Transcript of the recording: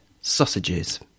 Sausages